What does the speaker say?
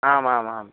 आमामाम्